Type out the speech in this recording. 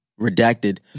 redacted